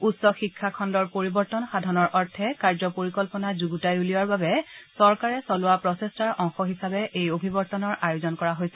উচ্চ শিক্ষা খণুৰ পৰিৱৰ্তন সাধনৰ অৰ্থে কাৰ্য পৰিকল্পনা যুণ্ডতাই উলিওৱাৰ বাবে চৰকাৰে চলোৱা প্ৰচেষ্টাৰ অংশ হিচাপে এই অভিৱৰ্তনৰ আয়োজন কৰা হৈছে